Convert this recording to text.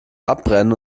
abbrennen